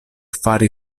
fari